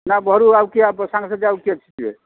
ନା ଘରୁ ଆଉ କିଏ ଆପଣଙ୍କ ସାଙ୍ଗସାଥି ଆଉ କିଏ ଅଛି ଯିବେ